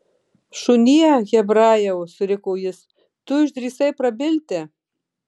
šunie hebrajau suriko jis tu išdrįsai prabilti